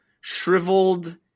shriveled